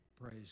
Praise